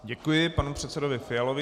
Děkuji panu předsedovi Fialovi.